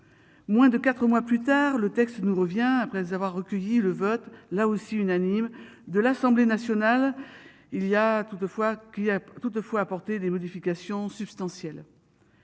Moins de 4 mois plus tard, le texte nous revient après avoir recueilli le vote là aussi unanime de l'Assemblée nationale il y a toutefois, qui a toutefois apporté des modifications substantielles.